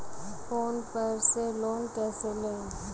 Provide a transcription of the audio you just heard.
Phone पर से loan कैसे लें?